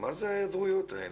מה זה ההיעדרויות האלה?